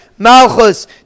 Malchus